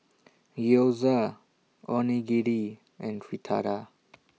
Gyoza Onigiri and Fritada